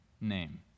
name